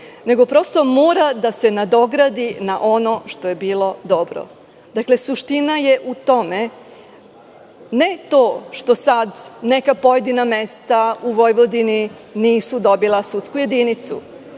nego prosto mora da se nadogradi na ono što je bilo dobro. Suština je u tome, ne to što sada neka pojedina mesta u Vojvodini nisu dobila sudsku jedinicu,